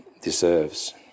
deserves